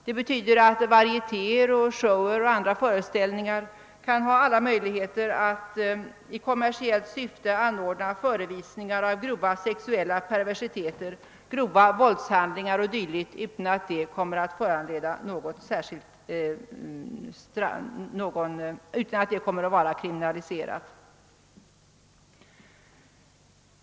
I samband med varitéer, shower och andra slags föreställningar kommer man att ha alla möjligheter att i kommersiellt syfte anordna förevisningar av grova sexuella perversiteter, grova våldshandlingar o.s.v., eftersom sådant inte kommer att vara kriminaliserat.